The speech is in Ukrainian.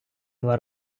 два